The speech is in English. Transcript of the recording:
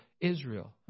Israel